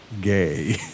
gay